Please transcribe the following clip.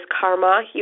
karma